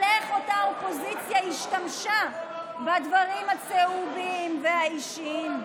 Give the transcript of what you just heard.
על איך אותה אופוזיציה השתמשה בדברים הצהובים והאישיים.